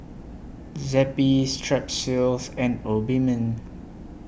Zappy Strepsils and Obimin